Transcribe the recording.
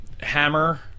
Hammer